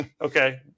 Okay